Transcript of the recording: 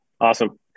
awesome